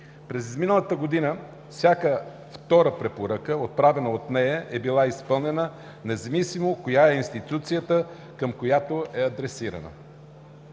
През изминалата година всяка втора препоръка, отправена от нея, е била изпълнена независимо коя е институцията, към която е адресирана.